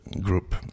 group